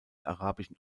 arabischen